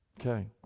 Okay